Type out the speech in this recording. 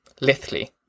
lithely